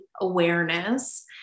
awareness